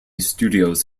studios